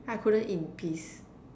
I couldn't eat in peace